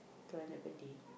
two hundred per day